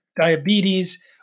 diabetes